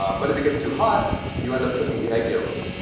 um but if it gets too hot, you end up cooking the egg yolks.